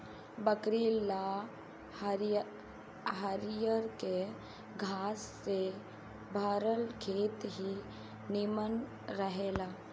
बकरी ला हरियरके घास से भरल खेत ही निमन रहेला